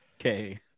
Okay